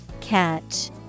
Catch